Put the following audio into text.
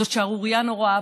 זאת שערורייה נוראה,